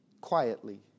quietly